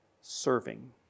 serving